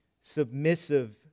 submissive